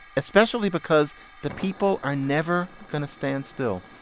especially because the people are never going to stand still.